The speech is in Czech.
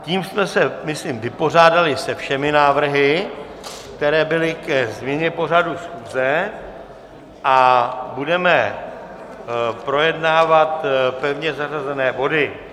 Tím jsme se myslím vypořádali se všemi návrhy, které byly ke změně pořadu schůze, a budeme projednávat pevně zařazené body.